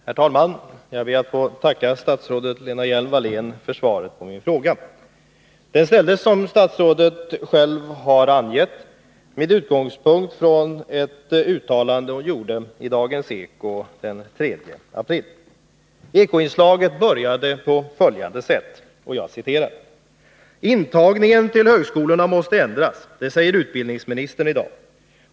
Herr talman! Jag ber att få tacka statsrådet Lena Hjelm-Wallén för svaret på min fråga. Den ställdes, som statsrådet själv har angett, med utgångspunkt i ett uttalande hon gjorde i Dagens Eko den 3 mars. Eko-inslaget började på följande sätt: ”Intagningen till högskolorna måste ändras. Det säger utbildningsministern i dag.